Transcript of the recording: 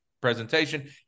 presentation